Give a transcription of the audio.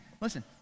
listen